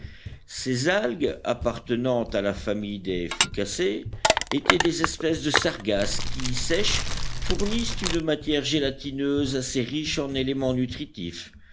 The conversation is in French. ces algues appartenant à la famille des fucacées étaient des espèces de sargasse qui sèches fournissent une matière gélatineuse assez riche en éléments nutritifs